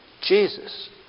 Jesus